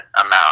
amount